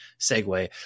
segue